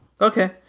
Okay